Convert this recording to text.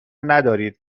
ندارید